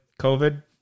COVID